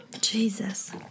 Jesus